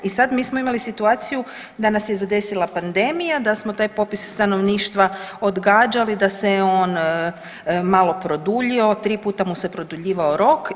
I sad mi smo imali situaciju da nas je zadesila pandemija, da smo taj popis stanovništva odgađali, da se je on malo produljio, tri puta mu se produljivao rok.